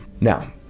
now